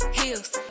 heels